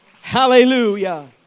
Hallelujah